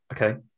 Okay